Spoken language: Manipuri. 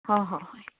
ꯍꯣꯏ ꯍꯣꯏ ꯍꯣꯏ